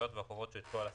הזכויות והחובות לפי הפקודה.